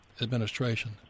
Administration